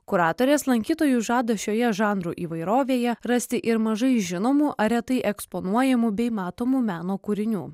kuratorės lankytojui žada šioje žanrų įvairovėje rasti ir mažai žinomų ar retai eksponuojamų bei matomų meno kūrinių